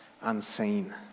unseen